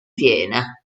piena